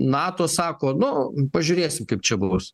nato sako nu pažiūrėsim kaip čia bus